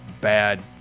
bad